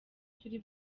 turi